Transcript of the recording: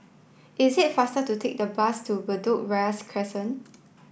is it faster to take the bus to Bedok Ria Crescent